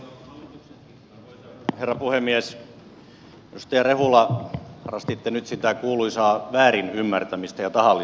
edustaja rehula harrastitte nyt sitä kuuluisaa väärin ymmärtämistä ja tahallista sellaista